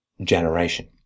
generation